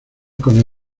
con